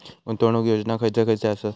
गुंतवणूक योजना खयचे खयचे आसत?